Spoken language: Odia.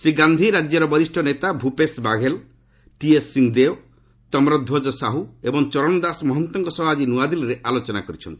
ଶ୍ରୀ ଗାନ୍ଧି ରାଜ୍ୟର ବରିଷ୍ଠ ନେତା ଭୁପେସ ବାଘେଳ ଟିଏସ୍ ସିଂହଦେଓ ତମରଧ୍ୱଜ ସାହୁ ଏବଂ ଚରଣଦାସ ମହନ୍ତଙ୍କ ସହ ଆଜି ନ୍ତଆଦିଲ୍ଲୀରେ ଆଲୋଚନା କରିଛନ୍ତି